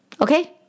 Okay